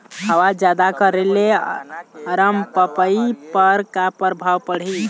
हवा जादा करे ले अरमपपई पर का परभाव पड़िही?